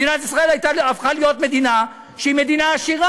מדינת ישראל הפכה להיות מדינה עשירה.